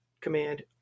command